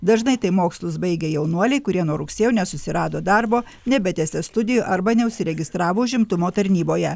dažnai tai mokslus baigę jaunuoliai kurie nuo rugsėjo nesusirado darbo nebetęsė studijų arba neužsiregistravo užimtumo tarnyboje